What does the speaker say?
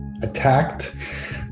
attacked